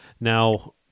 Now